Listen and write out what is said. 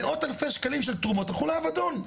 מאות אלפי שקלים של תרומות הלכו לאבדון.